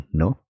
no